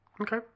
Okay